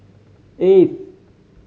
eighth